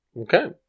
Okay